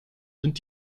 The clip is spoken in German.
sind